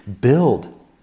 build